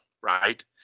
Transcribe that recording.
right